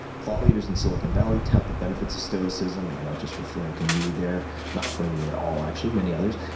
thought leaders in silicon valley tout the benefits of stoicism, and i'm not just referring to me there, i'm not referring to me at all actually many others.